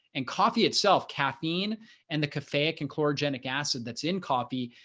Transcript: and coffee itself caffeine and the cafe ah and chlorogenic acid that's in coffee,